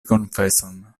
konfeson